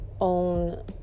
own